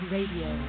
Radio